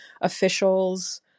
officials